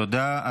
תודה.